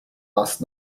last